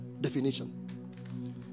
definition